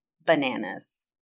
bananas